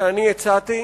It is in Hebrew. שאני הצעתי,